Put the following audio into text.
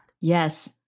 yes